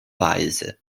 weise